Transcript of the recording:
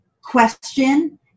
question